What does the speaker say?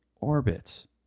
Orbits